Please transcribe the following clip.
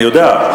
אני יודע.